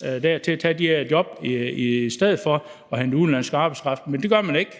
til at tage de job i stedet for at hente udenlandsk arbejdskraft, men det gør man ikke.